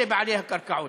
אלו בעלי הקרקעות.